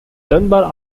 dunbar